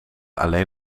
alleen